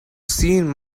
seen